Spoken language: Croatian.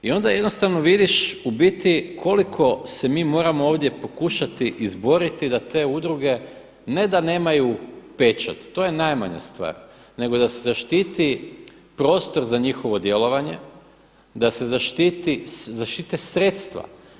I onda jednostavno vidiš u biti koliko se mi moramo ovdje pokušati izboriti da te udruge, ne da nemaju pečat, to je najmanja stvar nego da se zaštiti prostor za njihovo djelovanje, da se zaštite sredstva.